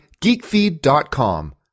GeekFeed.com